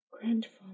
Grandfather